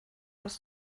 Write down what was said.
kas